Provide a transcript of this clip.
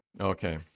Okay